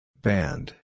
Band